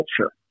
culture